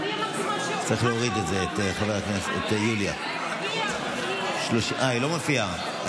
צריך להוריד את יוליה היא לא מופיעה.